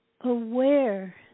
aware